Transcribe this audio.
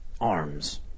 Arms